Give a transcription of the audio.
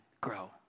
grow